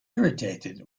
irritated